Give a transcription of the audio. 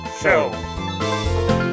show